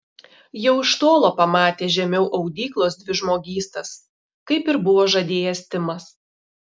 jau iš tolo pamatė žemiau audyklos dvi žmogystas kaip ir buvo žadėjęs timas